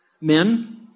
Men